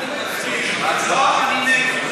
אם לא, אני נגד.